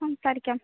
സംസാരിക്കാം